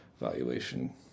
valuation